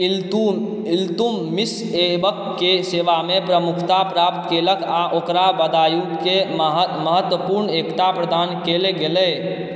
इल्तुतमिस ऐबकके सेवामे प्रमुखता प्राप्त केलक आओर ओकरा बदायूँके महत्वपूर्ण एकता प्रदान कएल गेलै